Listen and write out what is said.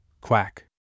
Quack